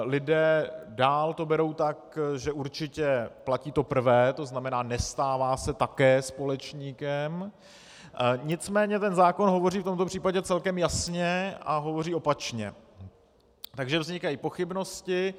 Lidé to dál berou tak, že určitě platí prvé, to znamená, nestává se také společníkem, nicméně zákon hovoří v tomto případě celkem jasně a hovoří opačně, takže vznikají pochybnosti.